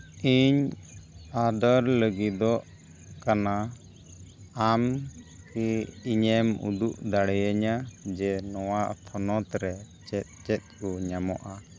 ᱤᱧ ᱚᱰᱟᱨ ᱞᱟᱹᱜᱤᱫᱚᱜ ᱠᱟᱱᱟ ᱟᱢ ᱠᱤ ᱤᱧᱮᱢ ᱩᱫᱩᱠ ᱫᱟᱲᱮᱭᱟᱹᱧᱟ ᱡᱮ ᱱᱚᱣᱟ ᱯᱚᱱᱚᱛ ᱨᱮ ᱪᱮᱫ ᱪᱮᱫ ᱠᱚ ᱧᱟᱢᱚᱜᱼᱟ